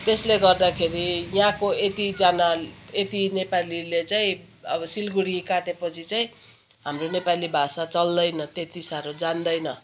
त्यसले गर्दाखेरि यहाँको यतिजना यति नेपालीले चाहिँ अब सिलगढी काटेपछि चाहिँ हाम्रो नेपाली भाषा चल्दैन त्यति साह्रो जान्दैन